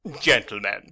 Gentlemen